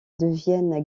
deviennent